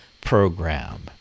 program